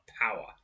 power